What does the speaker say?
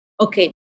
Okay